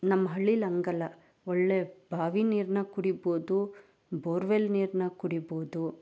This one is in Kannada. ನಮ್ಮ ಹಳ್ಳಿಲಿ ಹಂಗಲ್ಲ ಒಳ್ಳೆಯ ಬಾವಿ ನೀರನ್ನ ಕುಡಿಬೋದು ಬೋರ್ವೆಲ್ ನೀರನ್ನ ಕುಡಿಬೋದು